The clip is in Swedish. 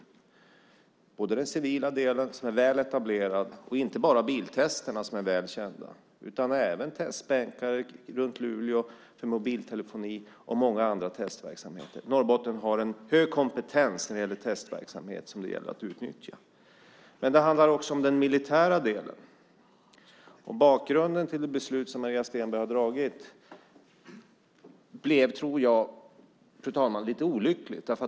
Det gäller den civila delen som är väletablerad, inte bara biltesterna som är välkända, utan även testbänkar runt Luleå för mobiltelefoni och många andra testverksamheter. Norrbotten har en stor kompetens när det gäller testverksamhet som det gäller att utnyttja. Men det handlar också om den militära delen. Bakgrunden till det beslut som Maria Stenberg har nämnt blev, fru talman, lite olycklig.